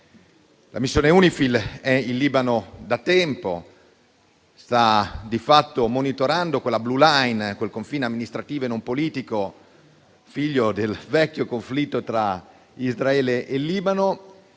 La missione UNIFIL è in Libano da tempo e sta di fatto monitorando la *blue line*, quel confine amministrativo e non politico figlio del vecchio conflitto tra Israele e Libano